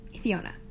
Fiona